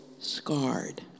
scarred